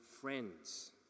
friends